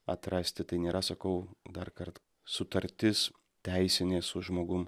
atrasti tai nėra sakau dar kart sutartis teisinė su žmogum